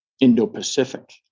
Indo-Pacific